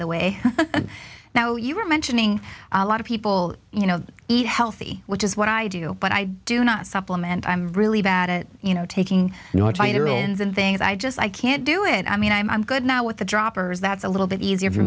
the way now you were mentioning a lot of people you know eat healthy which is what i do but i do not supplement i'm really bad at you know taking you know what i hear all the things i just i can't do it i mean i'm good now with the droppers that's a little bit easier for